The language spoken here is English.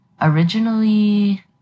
originally